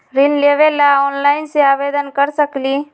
ऋण लेवे ला ऑनलाइन से आवेदन कर सकली?